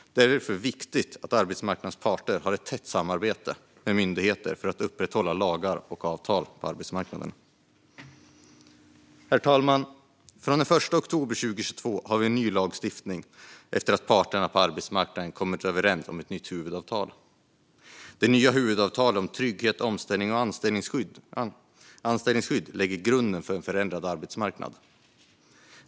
Det är därför viktigt att arbetsmarknadens parter har ett tätt samarbete med myndigheter för att upprätthålla lagar och regler på svensk arbetsmarknad. Herr talman! Efter att parterna på arbetsmarknaden träffat en ny överenskommelse om ett nytt huvudavtal har vi från den 1 oktober 2022 en ny lagstiftning. Det nya huvudavtalet om trygghet, omställning och anställningsskydd lägger grunden för en förändrad arbetsmarknad.